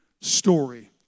story